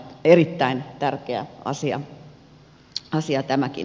erittäin tärkeä asia tämäkin